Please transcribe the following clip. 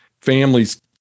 families